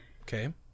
Okay